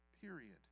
period